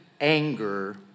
anger